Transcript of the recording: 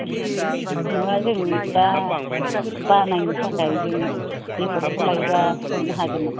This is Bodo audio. नङा अब्ला जों दा बानायनो थाखाय जों बेगरखौ लायबा हरनो हागोन नामा